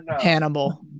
Hannibal